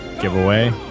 giveaway